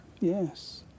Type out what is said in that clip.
Yes